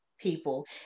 people